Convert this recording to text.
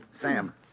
Sam